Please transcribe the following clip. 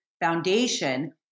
foundation